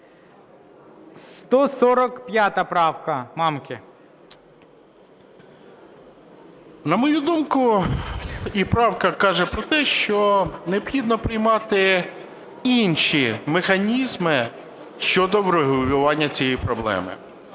На мою думку, і правка каже про те, що необхідно приймати інші механізми щодо врегулювання цієї проблеми.